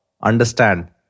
understand